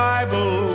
Bible